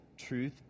truth